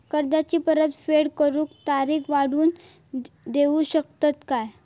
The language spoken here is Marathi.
कर्जाची परत फेड करूक तारीख वाढवून देऊ शकतत काय?